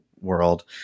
world